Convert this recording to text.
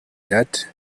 that